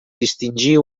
distingir